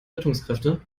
rettungskräfte